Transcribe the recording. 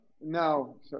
No